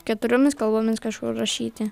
keturiomis kalbomis kažkur rašyti